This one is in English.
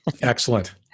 Excellent